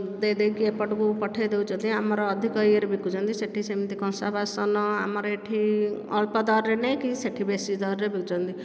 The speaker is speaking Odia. ଦେଇ ଦେଇକି ଏପଟ କୁ ପଠେଇ ଦଉଛନ୍ତି ଆମର ଅଧିକ ୟେ ରେ ବିକୁଛନ୍ତି ସେଠି ସେମିତି କଂସା ବାସନ ଆମର ଏଠି ଅଳ୍ପ ଦରରେ ନେଇକି ସେଠି ବେଶି ଦରରେ ବିକୁଛନ୍ତି